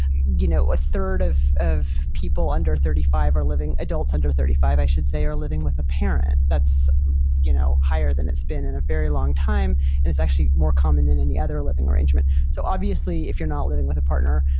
you know a third of of people under thirty five are living, adults under thirty five, i should say, are living with a parent. that's you know higher than it's been in a very long time and it's actually more common than any other living arrangement. so obviously, if you're not living with a partner,